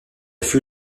fut